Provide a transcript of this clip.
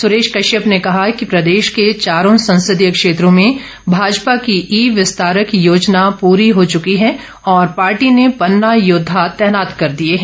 सुरेश कश्यप ने कहा कि प्रदेश के चारों संसदीय क्षेत्रों में भाजपा की ई विस्तारक योजना पूरी हो चुकी है और पार्टी ने पन्ना योद्वा तैनात कर दिए है